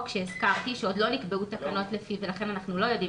שהזכרתי שעוד לא נקבעו תקנות לפיו ולכן אנחנו לא יודעים